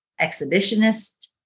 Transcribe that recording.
Exhibitionist